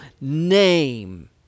name